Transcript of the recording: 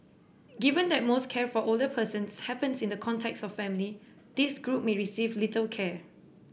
given that most care for older persons happens in the context of family this group may receive little care